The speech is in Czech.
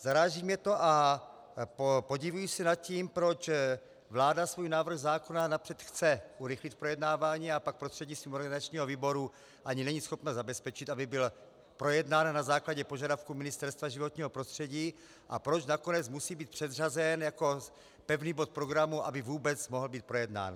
Zaráží mě to a podivuji se nad tím, proč vláda svůj návrh zákona napřed chce urychlit v projednávání, a pak prostřednictvím organizačního výboru ani není schopna zabezpečit, aby byl projednán na základě požadavků Ministerstva životního prostředí, a proč nakonec musí být předřazen jako pevný bod programu, aby vůbec mohl být projednán.